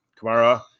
Kamara